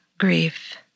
Grief